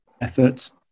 efforts